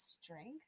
strength